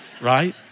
right